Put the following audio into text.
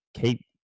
keep